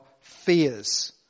fears